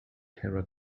terra